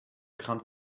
crainte